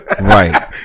right